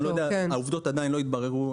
אני לא יודע, העובדות עדיין לא התבררו.